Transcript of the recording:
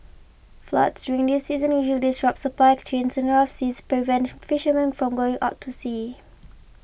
floods during this season usually disrupt supply chains and rough seas prevent fishermen from going out to sea